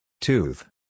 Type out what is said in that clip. Tooth